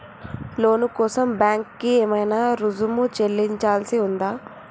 లోను కోసం బ్యాంక్ కి ఏమైనా రుసుము చెల్లించాల్సి ఉందా?